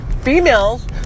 females